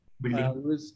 building